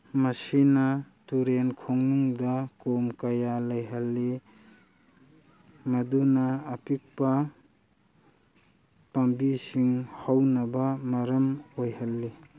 ꯃꯁꯤꯅ ꯇꯨꯔꯦꯟ ꯈꯣꯡꯅꯨꯡꯗ ꯀꯣꯝ ꯀꯌꯥ ꯂꯩꯍꯜꯂꯤ ꯃꯗꯨꯅ ꯑꯄꯤꯛꯄ ꯄꯥꯝꯕꯤꯁꯤꯡ ꯍꯧꯅꯕ ꯃꯔꯝ ꯑꯣꯏꯍꯜꯂꯤ